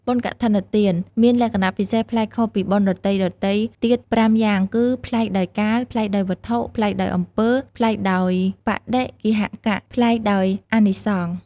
បុណ្យកឋិនទានមានក្ខណៈពិសេសប្លែកខុសពីបុណ្យដទៃៗទៀត៥យ៉ាងគឺ ប្លែកដោយកាល ប្លែកដោយវត្ថុ ប្លែកដោយអំពើ ប្លែកដោយបដិគ្គាហក ប្លែកដោយអានិសង្ស ។